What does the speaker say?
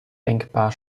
denkbar